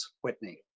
Whitney